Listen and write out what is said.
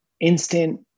instant